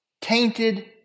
tainted